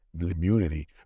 immunity